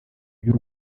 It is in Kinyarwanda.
ry’u